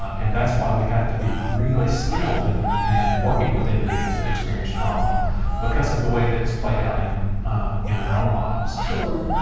and that's why we have to be really skilled in and working with individuals that experience trauma because of the way that it's played out in in their own lives. host sure.